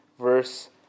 verse